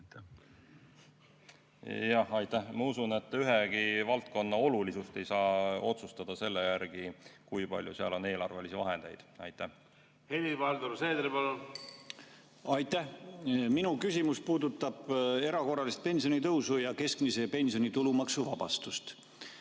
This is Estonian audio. Aitäh! Ma usun, et ühegi valdkonna olulisust ei saa otsustada selle järgi, kui palju seal on eelarvelisi vahendeid. Helir-Valdor Seeder, palun! Aitäh! Mu küsimus puudutab erakorralist pensionitõusu ja keskmise pensioni tulumaksuvabastust.